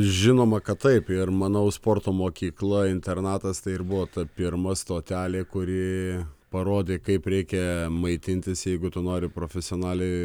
žinoma kad taip ir manau sporto mokykla internatas tai ir buvo ta pirma stotelė kuri parodė kaip reikia maitintis jeigu tu nori profesionaliai